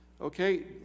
Okay